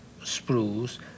sprues